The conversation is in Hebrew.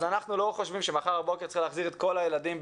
אז אנחנו לא חושבים שמחר בבוקר צריך להחזיר את כל הילדים,